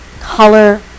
color